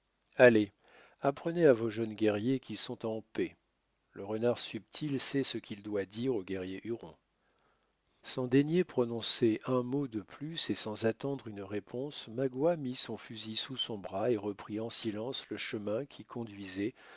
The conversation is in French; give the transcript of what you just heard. allez apprenez à vos jeunes guerriers qu'ils sont en paix le renard subtil sait ce qu'il doit dire aux guerriers hurons sans daigner prononcer un mot de plus et sans attendre une réponse magua mit son fusil sous son bras et reprit en silence le chemin qui conduisait